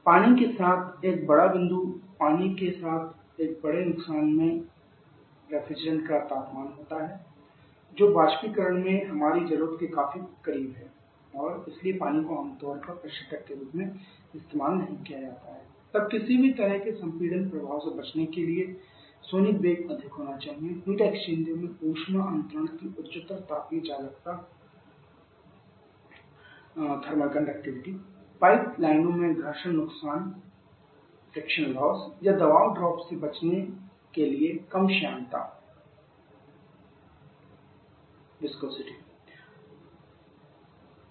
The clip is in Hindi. पानी के साथ एक बड़ा बिंदु पानी के साथ एक बड़े नुकसान में ठंड का तापमान होता है जो बाष्पीकरण में हमारी जरूरत के काफी करीब है और इसलिए पानी को आमतौर पर प्रशीतक के रूप में इस्तेमाल नहीं किया जा सकता है तब किसी भी तरह के संपीडन प्रभाव से बचने के लिए सोनिक वेग अधिक होना चाहिए हीट एक्सचेंजर में ऊष्मा अंतरण की उच्चतर तापीय चालकता पाइपलाइनों में घर्षण नुकसान या दबाव ड्रॉप से बचने के लिए कम श्यानता